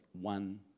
one